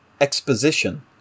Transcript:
exposition